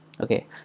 okay